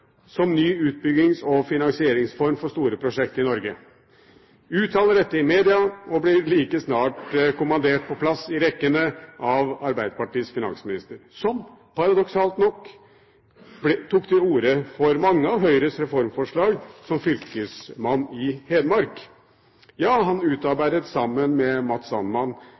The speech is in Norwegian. som ny utbyggings- og finansieringsform for store prosjekt i Norge. Hun uttaler dette i media og blir like snart kommandert på plass i rekkene av Arbeiderpartiets finansminister, som paradoksalt nok tok til orde for mange av Høyres reformforslag som fylkesmann i Hedmark. Sammen med